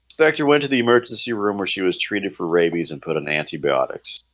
doctor went to the emergency room where she was treated for rabies and put on antibiotics